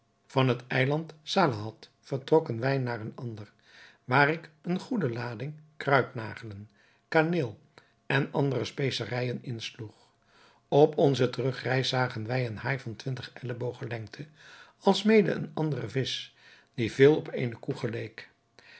van het eiland salahad vertrokken wij naar een ander waar ik eene goede lading kruidnagelen kaneel en andere specerijen insloeg op onze terugreis zagen wij een haai van twintig ellebogen lengte alsmede een anderen visch die veel op eene koe geleek